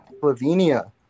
Slovenia